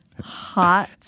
Hot